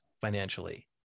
financially